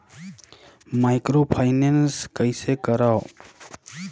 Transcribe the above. Microfinance कइसे करव?